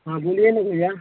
हाँ बोलिए ना भैया